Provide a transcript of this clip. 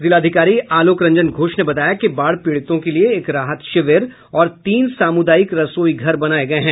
जिलाधिकारी आलोक रंजन घोष ने बताया कि बाढ़ पीड़ितों के लिए एक राहत शिविर और तीन सामुदायिक रसोई घर बनाये गये हैं